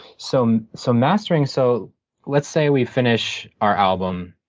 so so mastering, so let's say we finish our album.